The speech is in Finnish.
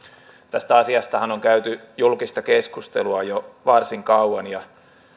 tästä asiastahan on käyty julkista keskustelua jo varsin kauan ja